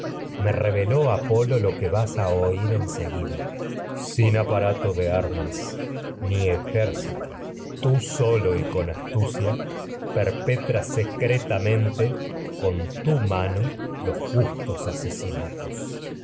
reveló apolo lo ni que oir en seguida con sin aparato de armas ejérci con to tú solo los y astucia perpetra secretamente pues que a tu mano justos asesinatos